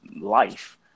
life